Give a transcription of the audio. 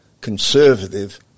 conservative